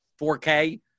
4k